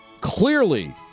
clearly